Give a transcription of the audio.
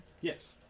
Yes